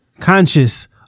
Conscious